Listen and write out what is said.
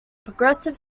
progressive